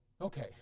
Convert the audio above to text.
Okay